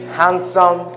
handsome